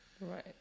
Right